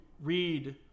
read